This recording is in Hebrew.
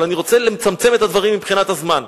אבל אני רוצה לצמצם את הדברים מבחינת הזמן.